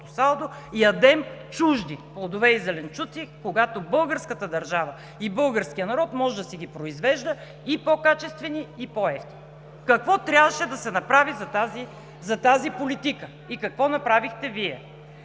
ядем чужди плодове и зеленчуци, когато българската държава и българският народ може да си ги произвежда и по-качествени, и по-евтини. Какво трябваше да се направи за тази политика и какво направихте Вие?